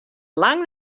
lang